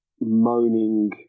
moaning